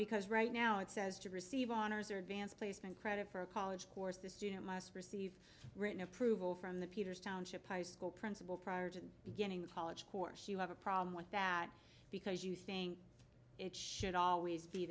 because right now it says to receive honors or advanced placement credit for a college course the student must receive written approval from the peters township high school principal prior to beginning the college course you have a problem with that because you think it should always be